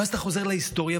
ואז אתה חוזר להיסטוריה,